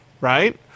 right